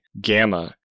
Gamma